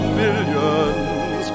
millions